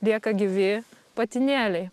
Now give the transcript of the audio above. lieka gyvi patinėliai